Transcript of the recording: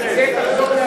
מספיקה.